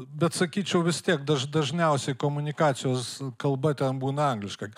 bet sakyčiau vis tiek daž dažniausiai komunikacijos kalba ten būna angliška